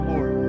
Lord